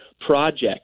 project